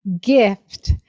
gift